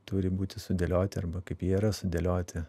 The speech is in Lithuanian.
turi būti sudėlioti arba kaip jie yra sudėlioti